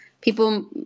people